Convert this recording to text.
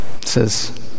Says